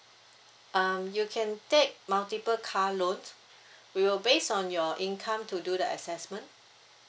um you can take multiple car loans we will based on your income to do the assessment